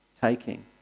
taking